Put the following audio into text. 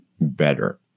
better